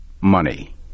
money